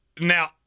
Now